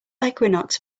equinox